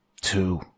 Two